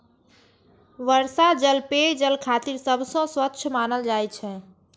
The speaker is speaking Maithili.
वर्षा जल पेयजल खातिर सबसं स्वच्छ मानल जाइ छै